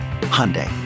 Hyundai